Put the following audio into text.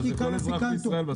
זה כל אזרח בישראל בסוף.